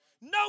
no